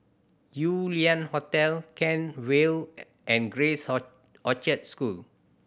Yew Lian Hotel Kent Vale and Grace Orchard School